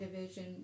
division